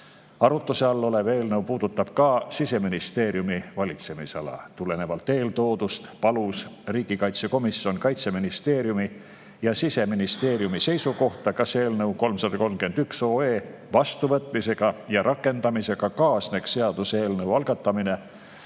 Arutuse all olev eelnõu puudutab ka Siseministeeriumi valitsemisala. Tulenevalt eeltoodust palus riigikaitsekomisjon Kaitseministeeriumi ja Siseministeeriumi seisukohta, kas eelnõu 331 vastuvõtmisega ja rakendamisega kaasneks vajadus algatada